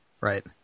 right